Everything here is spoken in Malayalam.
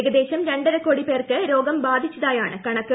ഏകദേശം രണ്ടരക്കോടി പേർക്ക് രോഗം ബാധിച്ചതായാണ് കണക്ക്